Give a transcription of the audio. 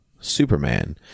superman